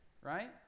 Right